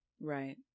Right